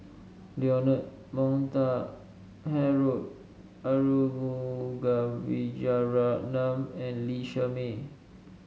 Leonard Montague Harrod Arumugam Vijiaratnam and Lee Shermay